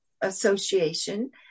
association